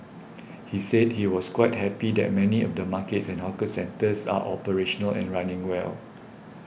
he said he was quite happy that many of the markets and hawker centres are operational and running well